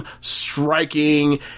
striking